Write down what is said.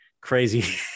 crazy